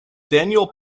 daniel